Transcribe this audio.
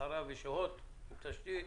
אחריו יש את הוט עם התשתית,